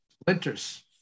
splinters